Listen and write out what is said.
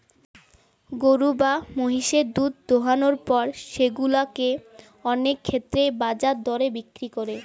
গরু বা মহিষের দুধ দোহানোর পর সেগুলা কে অনেক ক্ষেত্রেই বাজার দরে বিক্রি করে